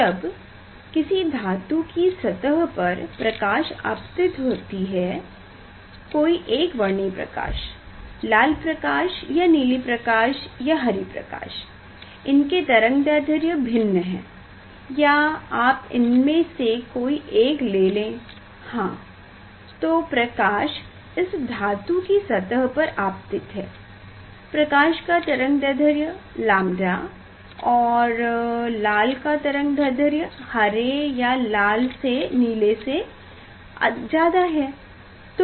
जब किसी धातु के सतह पर प्रकाश आपतित होती है कोई एकवर्णी प्रकाश लाल प्रकाश या नीली प्रकाश या हरी प्रकाश इनके तरंगदैध्र्य भिन्न है या आप इनमें से कोई एक ले लें हाँ तो प्रकाश इस धातु की सतह पर आपतित है प्रकाश का तरंगदैध्र्य 𝝺 और लाल का तरंगदैध्र्य हरे या नीले से ज्यादा है